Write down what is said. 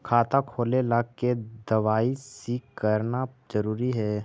खाता खोले ला के दवाई सी करना जरूरी है?